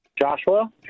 joshua